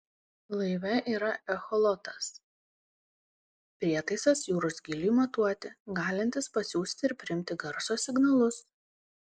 laive yra echolotas prietaisas jūros gyliui matuoti galintis pasiųsti ir priimti garso signalus